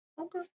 okay